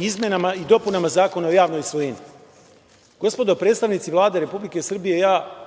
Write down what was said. izmenama i dopunama Zakona o javnoj svojini, gospodo predstavnici Vlade Republike Srbije, ja